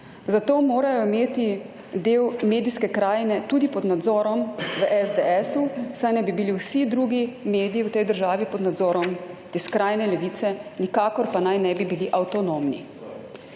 Zato morajo imeti del medijske krajine tudi pod nadzorom v SDS-u, saj naj bi bili vsi drugi mediji v tej državi pod nadzorom te skrajne levice, nikakor pa naj ne bi bili avtonomni.